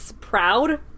proud